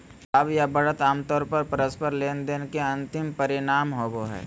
लाभ या बढ़त आमतौर पर परस्पर लेनदेन के अंतिम परिणाम होबो हय